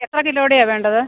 എത്ര കിലോയുടേയാണു വേണ്ടത്